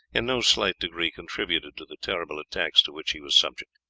in no slight degree contributed to the terrible attacks to which he was subject.